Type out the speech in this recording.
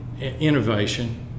innovation